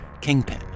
Kingpin